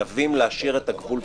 חייבים להשאיר את הגבול פתוח.